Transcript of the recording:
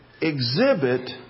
exhibit